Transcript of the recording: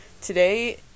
today